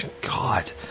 God